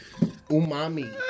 Umami